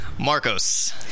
marcos